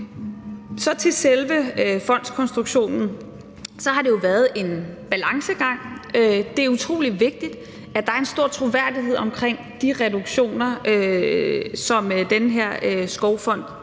Så til selve fondskonstruktionen. Det har jo været en balancegang. Det er utrolig vigtigt, at der er en stor troværdighed omkring de reduktioner, som den her skovfond